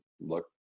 look